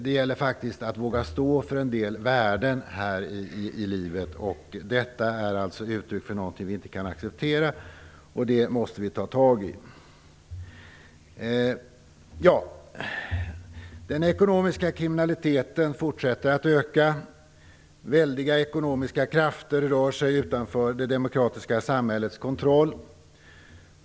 Det gäller att våga stå för en del värden här i livet. Detta är uttryck för något som vi inte kan acceptera, och det måste vi ta tag i. Den ekonomiska kriminaliteten fortsätter att öka. Väldiga ekonomiska krafter rör sig utanför det demokratiska samhällets kontroll.